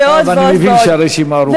ועוד, ועוד, ועוד.